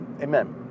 Amen